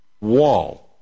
wall